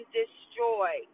destroy